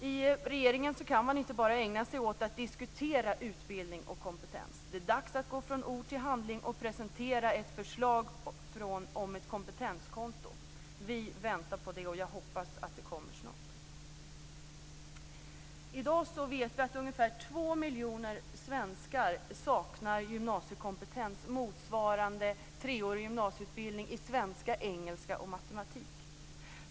I regeringen kan man inte bara ägna sig åt att diskutera utbildning och kompetens. Det är dags att gå från ord till handling och presentera ett förslag om ett kompetenskonto. Vi väntar på det, och jag hoppas att det kommer snart. I dag vet vi att ungefär 2 miljoner svenskar saknar gymnasiekompetens motsvarande treårig gymnasieutbildning i svenska, engelska och matematik.